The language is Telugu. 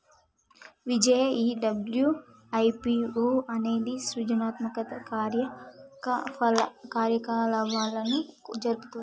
విజయ ఈ డబ్ల్యు.ఐ.పి.ఓ అనేది సృజనాత్మక కార్యకలాపాలను జరుపుతుంది